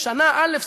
שנה א',